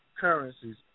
currencies